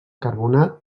carbonat